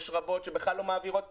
יש רבות שבכלל לא מעבירות פרוגרמות,